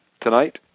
tonight